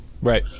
Right